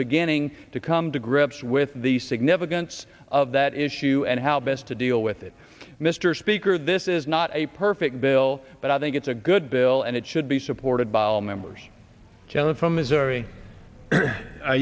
beginning to come to grips with the significance of that issue and how best to deal with it mr speaker this is not a perfect bill but i think it's a good bill and it should be supported by all members joan from missouri